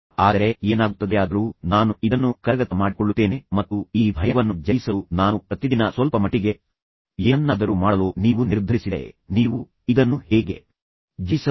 ಆದರೆ ಏನಾಗುತ್ತದೆಯಾದರೂ ನಾನು ಇದನ್ನು ಕರಗತ ಮಾಡಿಕೊಳ್ಳುತ್ತೇನೆ ಮತ್ತು ಈ ಭಯವನ್ನು ಜಯಿಸಲು ನಾನು ಪ್ರತಿದಿನ ಸ್ವಲ್ಪಮಟ್ಟಿಗೆ ಏನನ್ನಾದರೂ ಮಾಡಲು ನೀವು ನಿರ್ಧರಿಸಿದರೆ ನೀವು ಇದನ್ನು ಹೇಗೆ ಜಯಿಸಬಹುದು